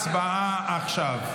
הצבעה עכשיו.